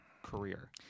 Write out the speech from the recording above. career